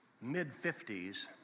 mid-50s